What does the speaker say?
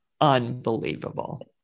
unbelievable